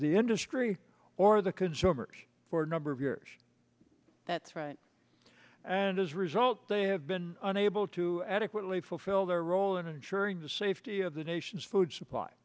the industry or the consumers for a number of years that's right and as a result they have been unable to adequately fulfill their role in ensuring the safety of the nation's food supply